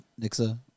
Nixa